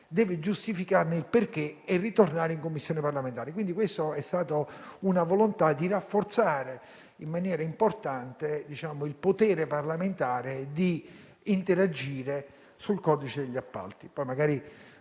deve giustificarne il motivo e ritornare in Commissione parlamentare. Vi è stata, insomma, la volontà di rafforzare in maniera importante il potere parlamentare di interagire sul codice degli appalti.